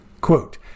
Quote